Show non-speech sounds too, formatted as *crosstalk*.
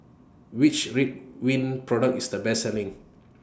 Which Ridwind Product IS The Best Selling *noise*